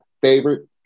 favorite